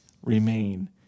remain